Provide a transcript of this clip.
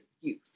youth